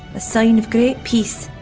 a sign of great peace,